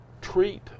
treat